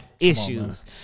issues